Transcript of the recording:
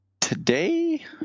today